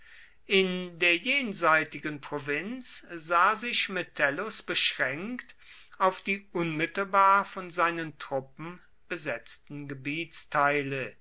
in der jenseitigen provinz sah sich metellus beschränkt auf die unmittelbar von seinen truppen besetzten